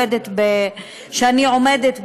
שאני עומדת בראשה.